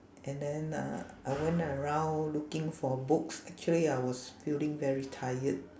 and then uh I went around looking for books actually I was feeling very tired